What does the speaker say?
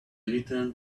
returned